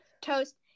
Toast